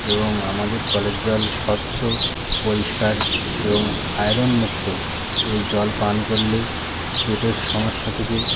এবং আমাদের কলের জল স্বচ্ছ পরিষ্কার এবং আয়রনমুক্ত এই জল পান করলে পেটের সমস্যা থেকে